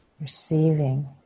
Receiving